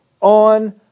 on